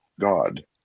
god